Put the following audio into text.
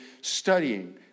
studying